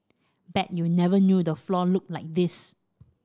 bet you never knew the floor looked like this